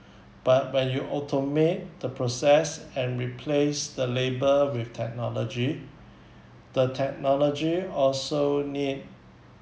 but when you automate the process and replace the labour with technology the technology also need